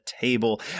table